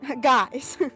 Guys